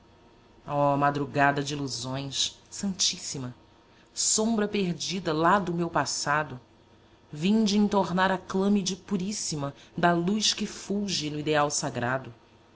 oh madrugada de ilusões santíssima sombra perdida lá do meu passado vinde entornar a clâmide puríssima da luz que fulge no ideal sagrado